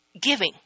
giving